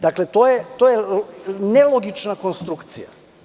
Dakle, to je nelogična konstrukcija.